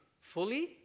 fully